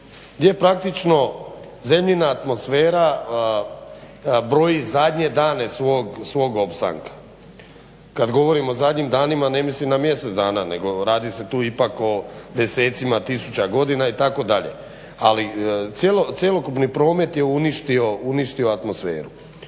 gdje praktično zemljina atmosfera broji zadnje dane svog opstanka. Kad govorim o zadnjim danima ne mislim na mjesec dana, nego radi se tu ipak o desecima tisuća godina itd. Ali cjelokupni promet je uništio atmosferu.